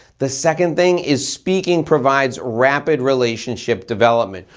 the second thing is speaking provides rapid relationship development.